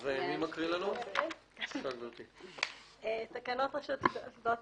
הנושא שעל סדר יומנו הוא הצעת תקנות רשות שדות